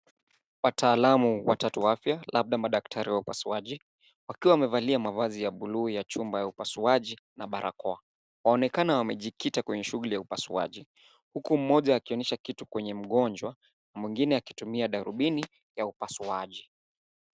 Wataalamu watatu wa afya labda madaktari wa upasuaji wakiwa wamevalia mavazi ya buluu ya chumba ya upasuaji na barakoa. Waonekana wamejikita kwenye shughli ya upasuaji huku mmoja akionyesha kitu kwenye mgonjwa na mwingine akitumia darubini ya upasuaji.